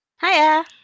Hiya